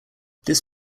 this